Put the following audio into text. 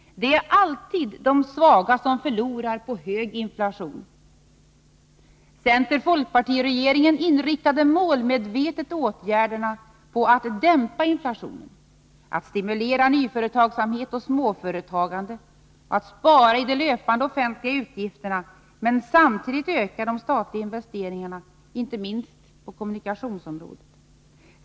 Det är alltid de svaga som förlorar på hög inflation. Center-folkparti-regeringen inriktade målmedvetet åtgärderna på att dämpa inflationen, att stimulera nyföretagsamhet och småföretagande och att spara i de löpande offentliga utgifterna men samtidigt öka de statliga investeringarna—inte minst på kommunikationsområdet.